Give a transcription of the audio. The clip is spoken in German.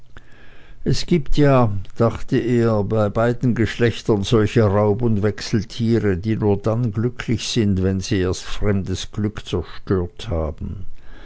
es gibt ja dachte er bei beiden geschlechtern solche raub und wechseltiere die nur dann glücklich sind wenn sie erst fremdes glück zerstört haben